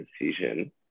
decision